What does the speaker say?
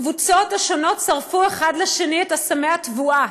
הקבוצות השונות שרפו אחת לשנייה את אסמי התבואה.